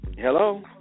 Hello